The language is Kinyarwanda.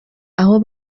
aho